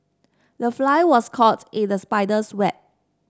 the fly was caught in the spider's web